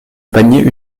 panier